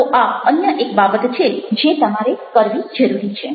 તો આ અન્ય એક બાબત છે જે તમારે કરવી જરૂરી છે